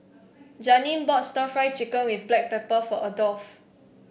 Janeen bought stir Fry Chicken with Black Pepper for Adolf